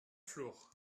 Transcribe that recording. flour